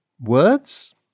Words